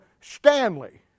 Stanley